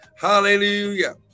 Hallelujah